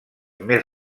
més